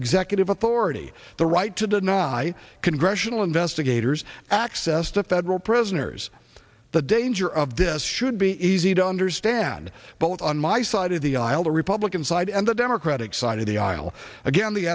executive authority the right to deny congressional investigators access to federal prisoners the danger of this should be easy to understand both on my side of the aisle the republican side and the democratic side of the aisle again the